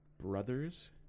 brother's